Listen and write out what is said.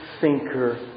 thinker